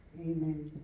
Amen